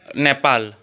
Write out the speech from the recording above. Nepal